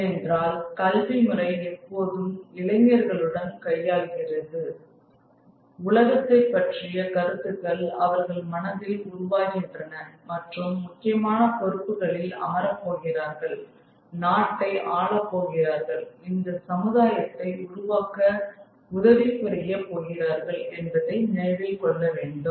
ஏனென்றால் கல்வி முறை எப்போதும் இளைஞர்களுடன் கையாள்கிறது உலகத்தைப் பற்றிய கருத்துக்கள் அவர்கள் மனதில் உருவாகின்றன மற்றும் முக்கியமான பொறுப்புகளில் அமரப் போகிறார்கள் நாட்டை ஆளப் போகிறார்கள் இந்த சமுதாயத்தை உருவாக்க உதவிபுரிய போகிறார்கள் என்பதை நினைவில் கொள்ளவேண்டும்